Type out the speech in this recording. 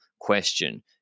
question